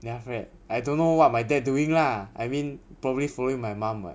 then after that I don't know what my dad doing lah I mean probably following my mum [what]